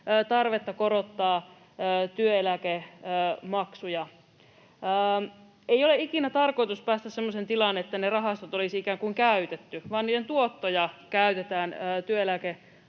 tarvetta korottaa työeläkemaksuja. Ei ole ikinä tarkoitus päästä semmoiseen tilaan, että ne rahastot olisi ikään kuin käytetty, vaan niiden tuottoja käytetään työeläkkeiden